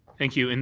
thank you. and